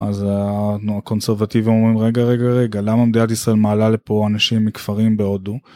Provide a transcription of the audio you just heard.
אז התנועה הקונסרבטיבית אומרים רגע רגע רגע, למה מדינת ישראל מעלה לפה אנשים מכפרים בהודו?